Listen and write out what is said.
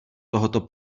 tohoto